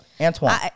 Antoine